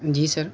جی سر